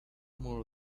more